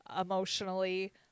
emotionally